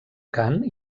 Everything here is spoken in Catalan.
cant